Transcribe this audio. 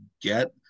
get